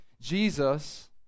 Jesus